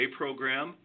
program